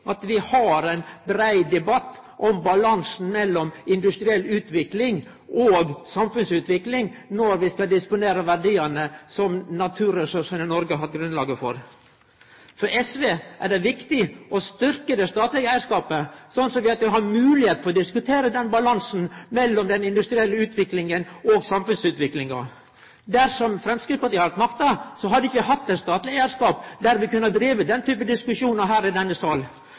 at vi har ein brei debatt om balansen mellom industriell utvikling og samfunnsutvikling når vi skal disponere verdiane som naturressursane i Noreg har lagt grunnlaget for. For Sosialistisk Venstreparti er det viktig å styrkje den statlege eigarskapen, slik at vi har moglegheit for å diskutere balansen mellom den industrielle utviklinga og samfunnsutviklinga. Dersom Framstegspartiet hadde hatt makta, hadde vi ikkje hatt ein statleg eigarskap som vi kunne ha hatt denne typen diskusjon om her i denne salen.